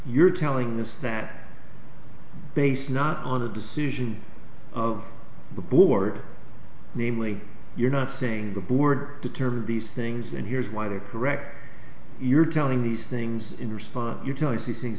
you're telling us that based not on the decision of the board namely you're not seeing the board determine these things and here's why they're correct you're telling these things in response you're telling see things